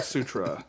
Sutra